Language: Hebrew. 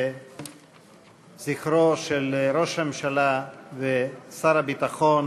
לזכרו של ראש הממשלה ושר הביטחון